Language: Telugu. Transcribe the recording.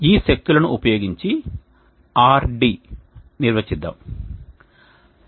ఈ శక్తులను ఉపయోగించి RD నిర్వచిద్దాంD